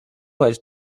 had